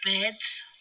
beds